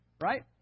right